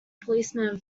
policeman